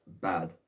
Bad